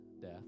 death